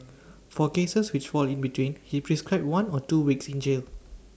for cases which fall in between he prescribed one or two weeks in jail